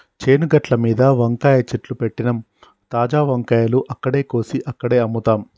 చేను గట్లమీద వంకాయ చెట్లు పెట్టినమ్, తాజా వంకాయలు అక్కడే కోసి అక్కడే అమ్ముతాం